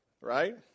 Right